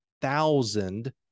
thousand